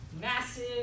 massive